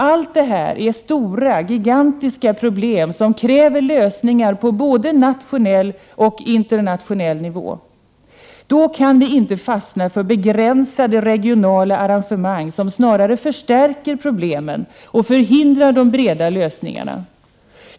Allt detta är stora, gigantiska problem som kräver lösningar på både nationell och internationell nivå. Då kan vi inte fastna för begränsade regionala arrangemang som snarare förstärker problemen och förhindrar de breda lösningarna.